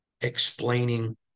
explaining